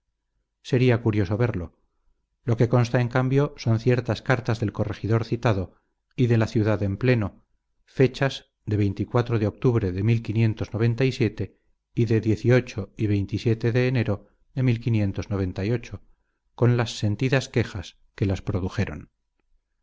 sería curioso verlo lo que consta en cambio son ciertas cartas del corregidor citado y de la ciudad en pleno fechas de de octubre de y de y de enero de con las sentidas quejas que las produjeron